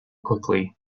quickly